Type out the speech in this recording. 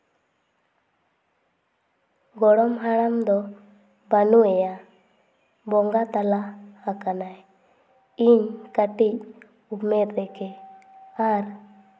ᱜᱚᱲᱚᱢ ᱦᱟᱲᱟᱢ ᱫᱚ ᱵᱟᱹᱱᱩᱭᱟ ᱵᱚᱸᱜᱟ ᱛᱟᱞᱟ ᱟᱠᱟᱱᱟᱭ ᱤᱧ ᱠᱟᱴᱤᱡ ᱩᱢᱮᱹᱨ ᱨᱮᱜᱮ ᱟᱨ